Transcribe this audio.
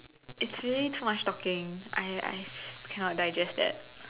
it's really too much talking I I cannot digest that